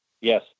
yes